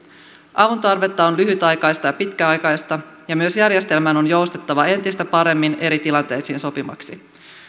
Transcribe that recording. avuntarvetta on lyhytaikaista ja pitkäaikaista ja myös järjestelmän on joustettava entistä paremmin eri tilanteisiin sopivaksi